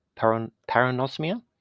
paranosmia